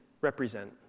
represent